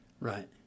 Right